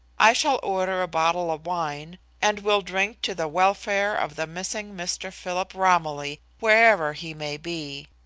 i shall order a bottle of wine, and we'll drink to the welfare of the missing mr. philip romilly, wherever he may be.